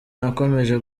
nakomeje